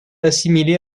assimilée